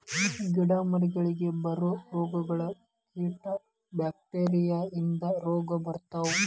ಗಿಡಾ ಮರಗಳಿಗೆ ಬರು ರೋಗಗಳು, ಕೇಟಾ ಬ್ಯಾಕ್ಟೇರಿಯಾ ಇಂದ ರೋಗಾ ಬರ್ತಾವ